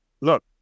look